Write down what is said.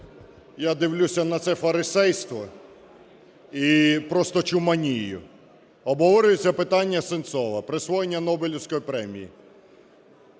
Я дивлюся на це фарисейство і просто чуманію. Обговорюється питання Сенцова, присвоєння Нобелівської премії.